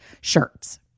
shirts